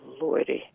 lordy